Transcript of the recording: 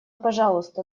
пожалуйста